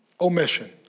omission